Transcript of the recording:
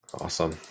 Awesome